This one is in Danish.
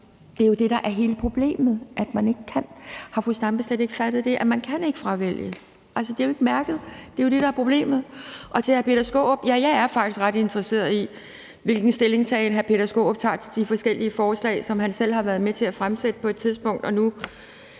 det er jo det, der er hele problemet. Problemet er, at man ikke kan det. Har fru Zenia Stampe slet ikke fattet, at man ikke kan fravælge det? Altså, det er jo ikke mærket, og det er det, der er problemet. Til hr. Peter Skaarup vil jeg sige, at ja, jeg er faktisk ret interesseret i, hvilken stillingtagen hr. Peter Skaarup har til de forskellige forslag, som han selv har været med til at fremsætte på et tidspunkt